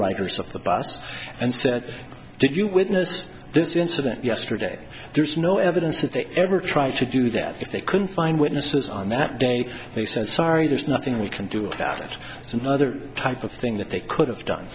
writers of the bus and said did you witness this incident yesterday there's no evidence that they ever tried to do that if they couldn't find witnesses on that day they said sorry there's nothing we can do that is another type of thing that they could have done